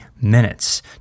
minutes